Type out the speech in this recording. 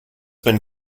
been